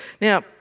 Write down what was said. Now